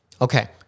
Okay